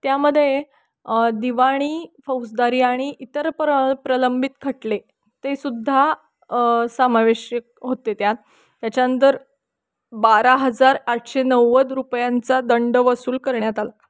त्यामध्ये दिवाणी फौजदारी आणि इतर प्र प्रलंबित खटले तेसुद्धा समावेशक होते त्यात त्याच्यानंतर बारा हजार आठशे नव्वद रुपयांचा दंड वसूल करण्यात आला